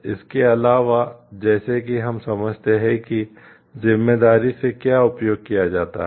इसके अलावा जैसा कि हम समझते हैं कि जिम्मेदारी से क्या उपयोग किया जाता है